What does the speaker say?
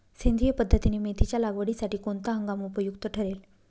सेंद्रिय पद्धतीने मेथीच्या लागवडीसाठी कोणता हंगाम उपयुक्त ठरेल?